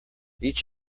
each